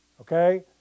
okay